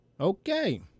Okay